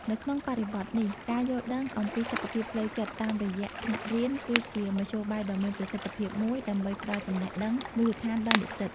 នៅក្នុងបរិបទនេះ ការយល់ដឹងអំពីសុខភាពផ្លូវចិត្តតាមរយៈថ្នាក់រៀនគឺជាមធ្យោបាយដ៏មានប្រសិទ្ធភាពមួយដើម្បីផ្ដល់ចំណេះដឹងមូលដ្ឋានដល់និស្សិត។